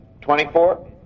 Twenty-four